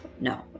no